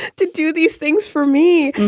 to do these things for me,